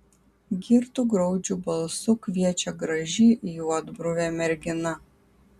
girtu graudžiu balsu kviečia graži juodbruvė mergina